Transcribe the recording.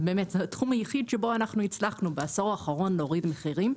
זה התחום היחיד שבו התחלנו להוריד מחירים.